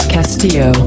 Castillo